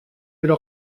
però